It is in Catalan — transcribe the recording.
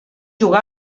jugà